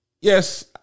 yes